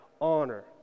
Honor